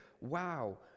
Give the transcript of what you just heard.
wow